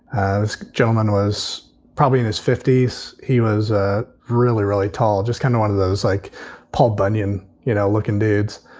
gentleman was probably in his fifty s. he was a really, really tall, just kind of one of those like paul bunyan you know looking dudes.